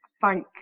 thank